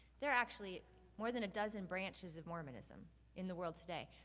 there are actually more than a dozen branches of mormonism in the world today.